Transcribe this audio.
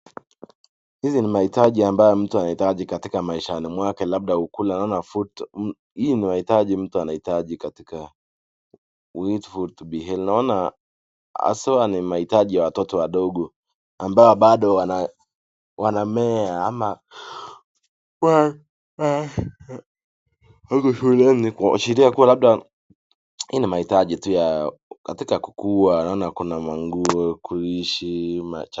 Hizi ni mahitaji ambayo mtu anahitaji katika maishani mwake labda ukule naona food hii ni mahitaji mtu anahitaji katika with food to be held. Naona haswa ni mahitaji ya watoto wadogo ambao bado wana wanamemea ama wako shuleni kwa shule ya kuwa labda hii ni mahitaji tu ya katika kukua. Naona kuna manguo, kuishi, maji.